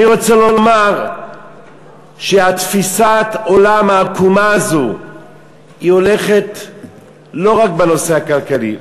אני רוצה לומר שתפיסת העולם העקומה הזאת היא לא רק בנושא הכלכלי,